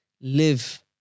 live